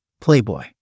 Playboy